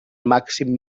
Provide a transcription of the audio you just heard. màxim